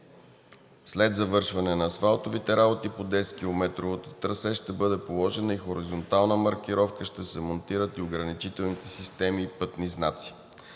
След завършване на асфалтовите работи по 10-километровото трасе ще бъде положена и хоризонтална маркировка, ще се монтират и ограничителните системи и пътни знаци.